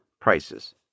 prices